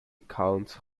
counts